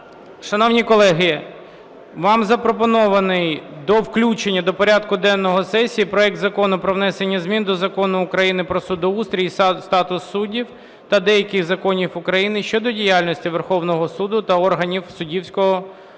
Шановні колеги, вам запропонований до включення до порядку денного сесії проект Закону про внесення змін до Закону України "Про судоустрій і статус суддів" та деяких законів України щодо діяльності Верховного Суду та органів суддівського